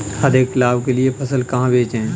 अधिक लाभ के लिए फसल कहाँ बेचें?